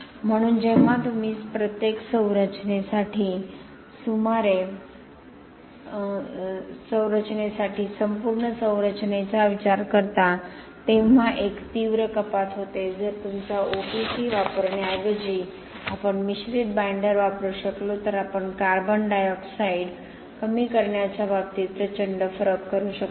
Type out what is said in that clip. म्हणून जेव्हा तुम्ही प्रत्येक संरचनेसाठी संपूर्ण संरचनेचा विचार करता तेव्हा एक तीव्र कपात होते जर तुमचा OPC वापरण्याऐवजी आपण मिश्रित बाईंडर वापरू शकलो तर आपण कार्बन डायॉक्साइड कमी करण्याच्या बाबतीत प्रचंड फरक करू शकतो